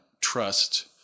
trust